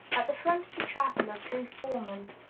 at the front of the traveler two foremen,